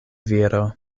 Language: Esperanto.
viro